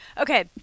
Okay